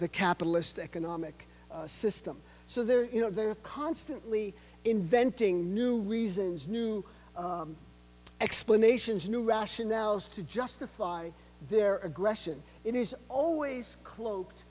the capitalist economic system so there you know they're constantly inventing new reasons new explanations new rationales to justify their aggression and he's always cloaked